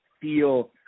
feel